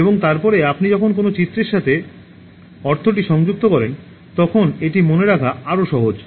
এবং তারপরে আপনি যখন কোনও চিত্রের সাথে অর্থটি সংযুক্ত করেন তখন এটি মনে রাখা আরও সহজ